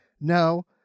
no